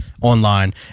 online